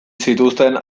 zituzten